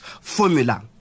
formula